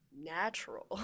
natural